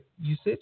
usage